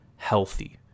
healthy